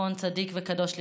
זיכרון צדיק וקדוש לברכה.